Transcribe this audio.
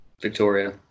Victoria